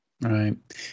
Right